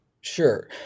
Sure